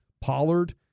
pollard